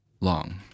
long